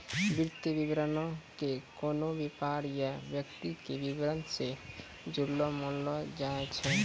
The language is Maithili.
वित्तीय विवरणो के कोनो व्यापार या व्यक्ति के विबरण से जुड़लो मानलो जाय छै